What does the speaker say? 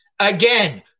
Again